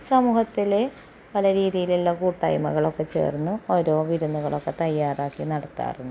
സമൂഹത്തിൽ പല രീതിയിലുള്ള കൂട്ടയ്മകളൊക്കെ ചേർന്ന് ഓരോ വിരുന്നുകളൊക്കെ തയ്യാറാക്കി നടത്താറുണ്ട്